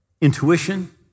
intuition